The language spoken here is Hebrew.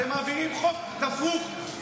אתם מעבירים חוק דפוק,